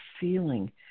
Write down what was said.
feeling